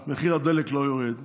מחיר הדלק לא יורד,